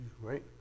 Right